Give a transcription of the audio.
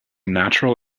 natural